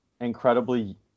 incredibly